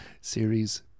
series